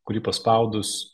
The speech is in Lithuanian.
kurį paspaudus